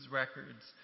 records